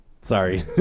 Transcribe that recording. sorry